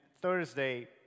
Thursday